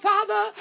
Father